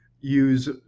use